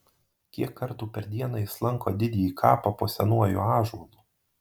kiek kartų per dieną jis lanko didįjį kapą po senuoju ąžuolu